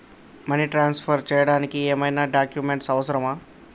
Money transfer చేయడానికి ఏమైనా documents అవసరమా?